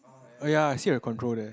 oh ya I see a control there